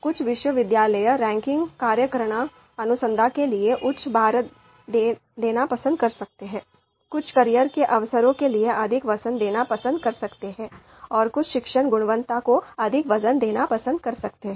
कुछ विश्वविद्यालय रैंकिंग कार्यप्रणाली अनुसंधान के लिए उच्च भार देना पसंद कर सकते हैं कुछ कैरियर के अवसरों के लिए अधिक वजन देना पसंद कर सकते हैं और कुछ शिक्षण गुणवत्ता को अधिक वजन देना पसंद कर सकते हैं